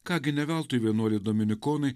ką gi ne veltui vienuoliai dominikonai